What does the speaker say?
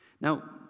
Now